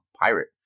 pirate